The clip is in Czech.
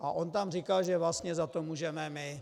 On tam říkal, že vlastně za to můžeme my.